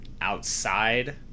outside